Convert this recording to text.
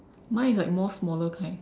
mine is like more smaller kind